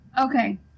okay